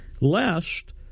lest